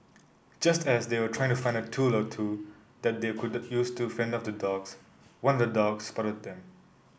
just as they were trying to find a tool or two that they could use to fend off the dogs one of the dogs spotted them